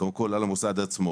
קודם כל על המוסד עצמו,